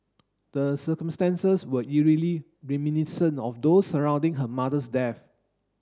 the circumstances were eerily reminiscent of those surrounding her mother's death